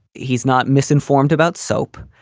he's not misinformed about soap.